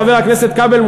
חבר הכנסת כבל,